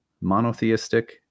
monotheistic